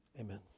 Amen